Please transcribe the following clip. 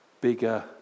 bigger